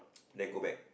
then go back